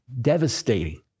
devastating